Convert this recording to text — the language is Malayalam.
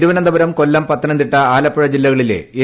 തിരുവനന്തപുരം കൊല്ലം പത്തനംതിട്ട ആലപ്പുഴ ജില്ലകളിലെ എൻ